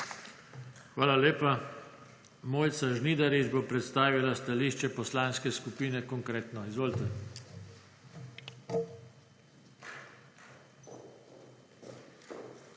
Hvala lepa. Mojca Žnidarič bo predstavila stališča Poslanske skupine Konkretno. Izvolite.